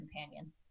companion